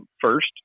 first